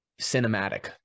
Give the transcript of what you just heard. cinematic